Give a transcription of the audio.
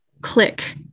click